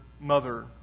mother